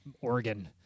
oregon